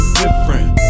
different